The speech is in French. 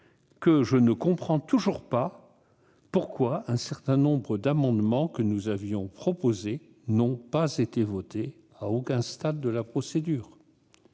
que je ne comprends toujours pas pourquoi un certain nombre d'amendements que nous avions proposés n'ont pas été adoptés, à aucun stade de la procédure.